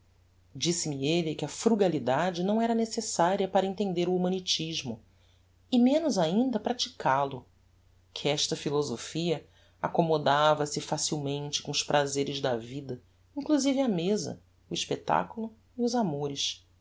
disse-me elle que a frugalidade não era necessaria para entender o humanitismo é menos ainda pratical o que esta philosophia acommodava se facilmente com os prazeres da vida inclusive a mesa o espectaculo e os amores